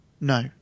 No